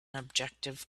objective